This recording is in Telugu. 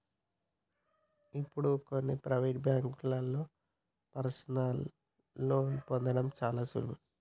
ఇప్పుడు కొన్ని ప్రవేటు బ్యేంకుల్లో పర్సనల్ లోన్ని పొందడం చాలా సులువు